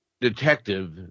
Detective